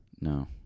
No